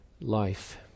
life